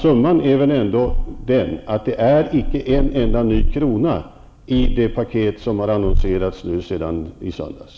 Sanningen är väl dessutom den att det icke finns en enda ny krona i det här paketet som har annonserats sedan i söndags.